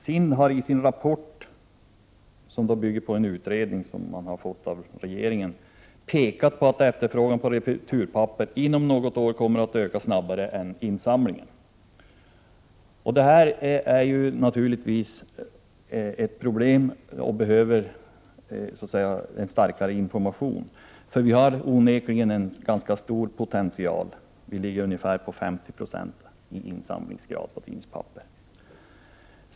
SIND har i sin rapport, som bygger på en utredning som man har fått i uppdrag av regeringen att göra, pekat på att efterfrågan på returpapper inom något år kommer att öka snabbare än insamlingen. Det här är naturligtvis ett problem. Det behövs därför mer information på detta område. Vi har onekligen en ganska stor potential. När det gäller tidningspapper samlas ungefär 50 96 in.